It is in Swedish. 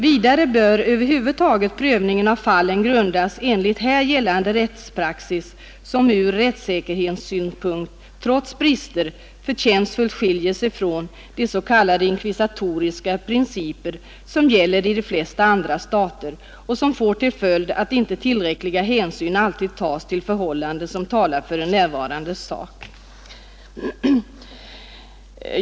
Vidare bör över huvud taget prövningen av fallet grundas enligt här gällande rättspraxis, som ur rättsäkerhetssynpunkt — trots brister — förtjänstfullt skiljer sig från de s.k. inkvisitoriska principer som gäller i de flesta andra stater och som får till följd att inte tillräckliga hänsyn alltid tas till förhållanden som talar för den närvarandes sak.